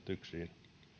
tyksiin